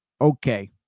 okay